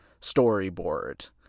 storyboard